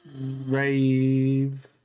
rave